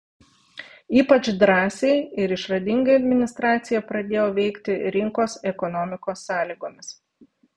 ypač drąsiai ir išradingai administracija pradėjo veikti rinkos ekonomikos sąlygomis